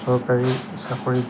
চৰকাৰী চাকৰিত